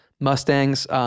Mustangs